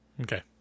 Okay